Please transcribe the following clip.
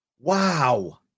Wow